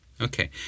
Okay